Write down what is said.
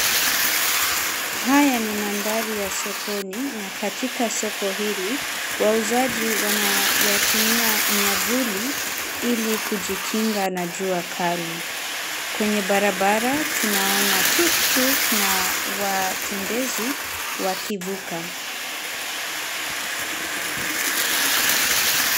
Haya ni mandhari ya sokoni na katika soko hili wauzaji wanayatumia miavuli ili kujikinga na jua kali. Kwenye barabara tunaona tuktuk na watembezi wakivuka.